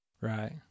Right